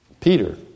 Peter